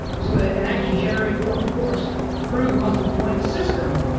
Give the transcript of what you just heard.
so that it can actually generate more force through the muscle joint system,